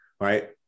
right